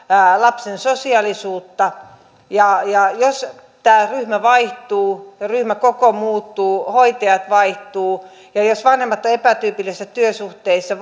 lapsen sosiaalisuutta jos tämä ryhmä vaihtuu ja ryhmäkoko muuttuu hoitajat vaihtuvat ja jos vanhemmat ovat epätyypillisissä työsuhteissa